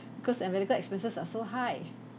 because our medical expenses are so high